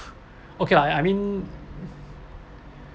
okay lah I mean